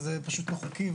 זה פשוט לא חוקי,